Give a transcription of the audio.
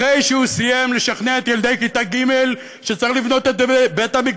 אחרי שהוא סיים לשכנע את ילדי כיתה ג' שצריך לבנות את בית-המקדש